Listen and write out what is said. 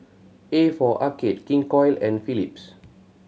a for Arcade King Koil and Philips